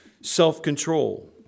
Self-control